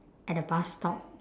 at the bus stop